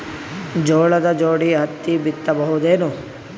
ಜೋಳದ ಜೋಡಿ ಹತ್ತಿ ಬಿತ್ತ ಬಹುದೇನು?